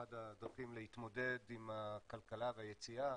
אחת הדרכים להתמודד עם הכלכלה והיציאה